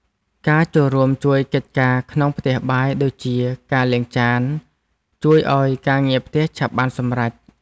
ការចូលរួមជួយកិច្ចការក្នុងផ្ទះបាយដូចជាការលាងចានជួយឱ្យការងារផ្ទះឆាប់បានសម្រេច។